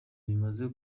bimaze